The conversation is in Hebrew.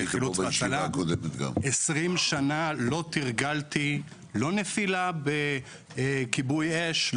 20 שנה לא תרגלתי נפילה בכיבוי אש,